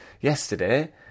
Yesterday